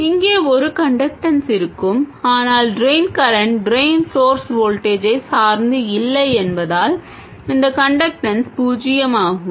இங்கே ஒரு கன்டக்டன்ஸ் இருக்கும் ஆனால் ட்ரெய்ன் கரண்ட் ட்ரெய்ன் ஸோர்ஸ் வோல்டேஜை சார்ந்து இல்லை என்பதால் இந்த கன்டக்டன்ஸ் பூஜ்ஜியமாகும்